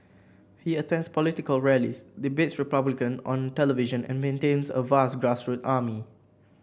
he attends political rallies debates republicans on television and maintains a vast grassroots army